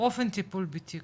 אופן טיפול בתיק.